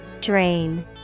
Drain